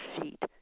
feet